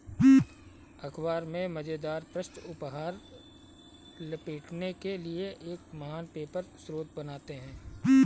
अख़बार में मज़ेदार पृष्ठ उपहार लपेटने के लिए एक महान पेपर स्रोत बनाते हैं